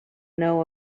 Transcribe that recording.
know